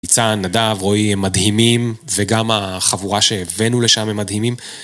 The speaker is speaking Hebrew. ניצן, נדב, רועי הם מדהימים וגם החבורה שהבאנו לשם הם מדהימים